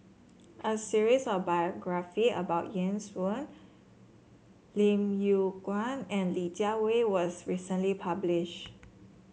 a series of biography about Ian Woo Lim Yew Kuan and Li Jiawei was recently published